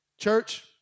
Church